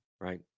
right